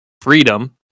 freedom